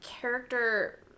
character